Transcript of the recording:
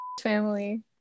family